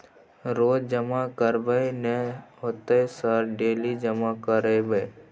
रोज जमा करबे नए होते सर डेली जमा करैबै?